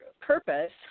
purpose